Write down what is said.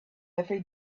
every